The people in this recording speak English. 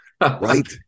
Right